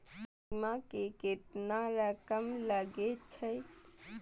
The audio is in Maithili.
बीमा में केतना रकम लगे छै?